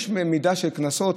יש מידה של קנסות,